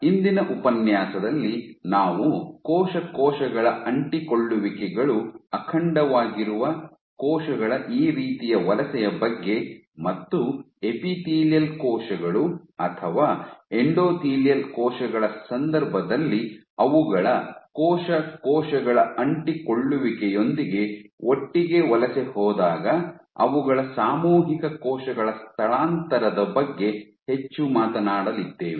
ಇಂದಿನ ಉಪನ್ಯಾಸದಲ್ಲಿ ನಾವು ಕೋಶ ಕೋಶಗಳ ಅಂಟಿಕೊಳ್ಳುವಿಕೆಗಳು ಅಖಂಡವಾಗಿರುವ ಕೋಶಗಳ ಈ ರೀತಿಯ ವಲಸೆಯ ಬಗ್ಗೆ ಮತ್ತು ಎಪಿಥೇಲಿಯಲ್ ಕೋಶಗಳು ಅಥವಾ ಎಂಡೋಥೆಲಿಯಲ್ ಕೋಶಗಳ ಸಂದರ್ಭದಲ್ಲಿ ಅವುಗಳ ಕೋಶ ಕೋಶಗಳ ಅಂಟಿಕೊಳ್ಳುವಿಕೆಯೊಂದಿಗೆ ಒಟ್ಟಿಗೆ ವಲಸೆ ಹೋದಾಗ ಅವುಗಳ ಸಾಮೂಹಿಕ ಕೋಶಗಳ ಸ್ಥಳಾಂತರದ ಬಗ್ಗೆ ಹೆಚ್ಚು ಮಾತನಾಡಲಿದ್ದೇವೆ